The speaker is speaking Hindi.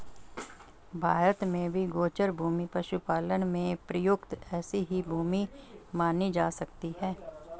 भारत में भी गोचर भूमि पशुपालन में प्रयुक्त ऐसी ही भूमि मानी जा सकती है